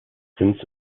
since